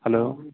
hello